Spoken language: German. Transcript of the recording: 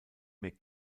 mehr